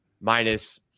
minus